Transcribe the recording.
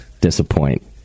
disappoint